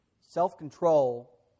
Self-control